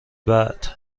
بعد